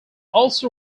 also